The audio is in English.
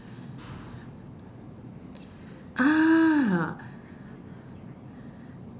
ah